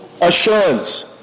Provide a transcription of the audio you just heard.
assurance